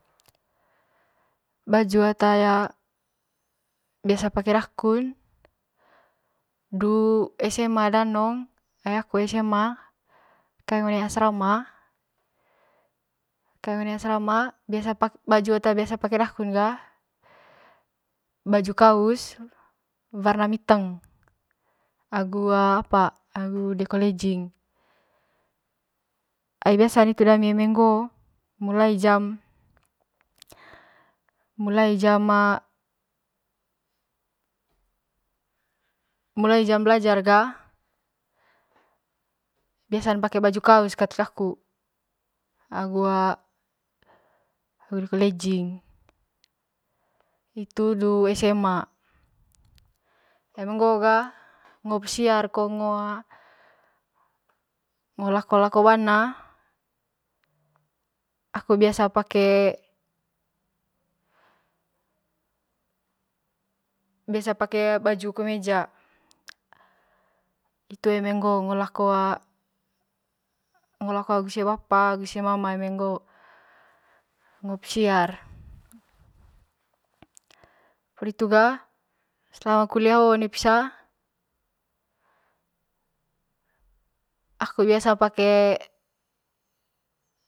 Baju ata ya biasa pake dakun du esema danong ai aku esema kaeng one asrama kaeng one asrama biasa baju ata biasa pake daku baju kaus warna miteng agu apa agu deko lejing ai hitu biasan dami eme ngoo mulai jam mulai jam mulai jam blajar ga biiasan pake baju kaus kat kaku agu a lejing hitu du esema eme ngoo ga ngo pesiar ko ngo lako lako bana aku biasa pake biasa pake baju kemeja hitu eme ngoo ngo lako agu ise bapa agu isem mama ngoo ngo pesiar poli ho ga selama kulia hoo one pisa aku biasa pake.